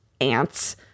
ants